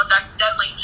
accidentally